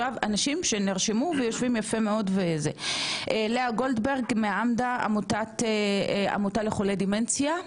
לאה גולדברגר, עמותה לחולי דמנציה.